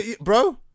Bro